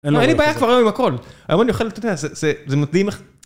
אין לי בעיה כבר היום עם הכל, אבל אני יוכל אתה יודע... זה, זה זה מדהים איך...